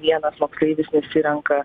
vienas moksleivis nesirenka